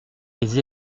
des